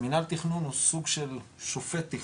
מינהל תכנון הוא סוג של שופט תכנון,